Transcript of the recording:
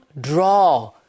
draw